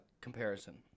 comparison